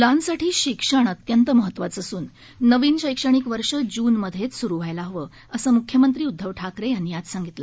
मुलांसाठी शिक्षण अत्यंत महत्वाचं असून नवीन शैक्षणिक वर्ष जूनमध्येच सुरु व्हायला हवं असं मुख्यमंत्री उद्दव ठाकरे यांनी आज सांगितलं